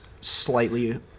slightly